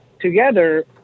together